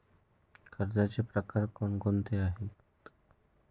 कर्जाचे प्रकार कोणकोणते आहेत?